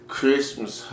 Christmas